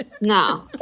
No